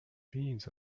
beans